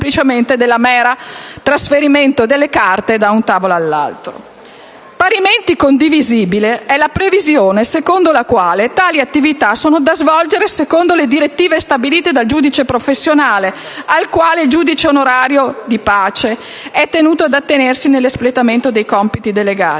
Parimenti condivisibile è la previsione secondo la quale tali attività sono da svolgere secondo le direttive stabilite dal giudice professionale, al quale il giudice onorario di pace è tenuto ad attenersi nell'espletamento dei compiti delegati.